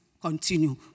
continue